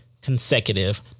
Consecutive